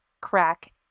crack